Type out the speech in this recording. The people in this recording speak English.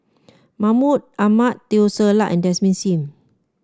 Mahmud Ahmad Teo Ser Luck and Desmond Sim